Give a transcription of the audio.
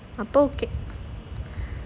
அப்போ:appo okay